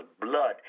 Blood